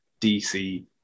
DC